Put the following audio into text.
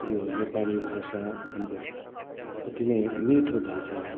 यो नेपाली भाषा हाम्रो अति नै मिठो भाषा हो